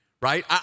right